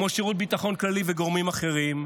כמו שירות הביטחון הכללי וגורמים אחרים.